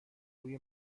روی